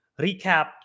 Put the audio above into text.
recap